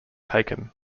taken